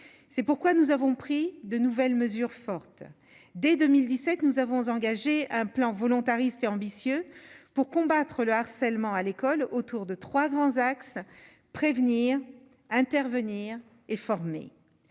c'est pourquoi nous avons pris de nouvelles mesures fortes dès 2017 nous avons engagé un plan volontariste et ambitieux pour combattre le harcèlement à l'école, autour de 3 grands axes : prévenir intervenir et formé